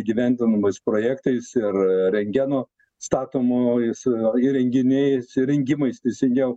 įgyvendinamais projektais ir rengeno statomais įrenginiais įrengimais teisingiau